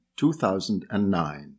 2009